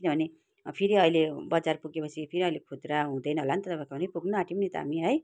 किनभने फेरि अहिले बजार पुग्यो पछि फेरि अहिले खुद्रा हुँदैन होला नि त तपाईँकोमा पुग्न आट्यौँ नि त हामी है